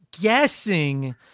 guessing